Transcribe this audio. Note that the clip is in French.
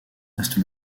reste